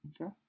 Okay